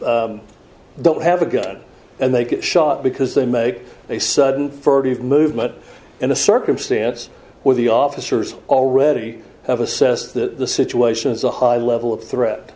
don't have a gun and they get shot because they make a sudden furtive movement in a circumstance where the officers already have assessed the situation is a high level of threat